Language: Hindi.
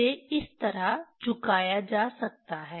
इसे इस तरह झुकाया जा सकता है